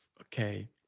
okay